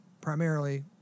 primarily